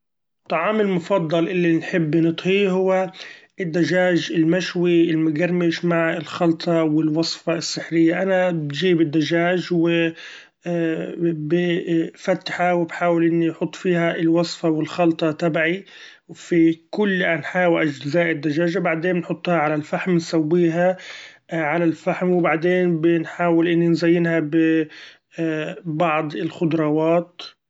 طعامي المفضل اللي نحب نطهيه هو الدچاچ المشوي المقرمش مع الخلطة والوصفة السحرية ، أنا بچيب الدچاچ و‹ hesitate › وبفتحه وبحأول إني حط فيها الوصفة والخبطة تبعي في كل إنحاء واچزاء الدچاچة ، بعدين بحطها على الفحم نسويها ‹ hesitate › على الفحم ، وبعدين بنحأول إن نزينها ب ‹ hesitate › بعض الخضراوات.